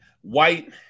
White